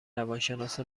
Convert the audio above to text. روانشناس